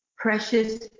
precious